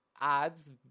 adds